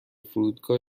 فرودگاه